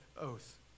oath